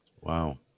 Wow